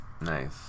Nice